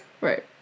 Right